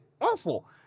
awful